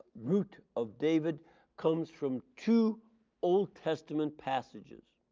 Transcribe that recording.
root of david comes from two old testament passages.